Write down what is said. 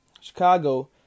Chicago